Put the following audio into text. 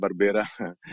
Barbera